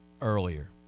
earlier